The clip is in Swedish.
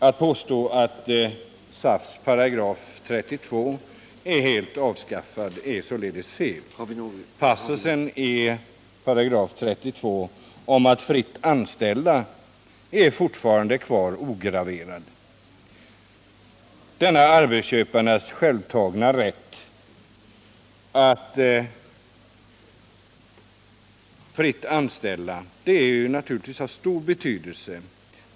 Att påstå att SAF:s § 32 är helt avskaffad är således fel. Passusen i §32 om att ”fritt anställa” är fortfarande kvar ograverad. Denna arbetsköparnas självtagna ”rätt” att fritt anställa är naturligtvis av stor betydelse.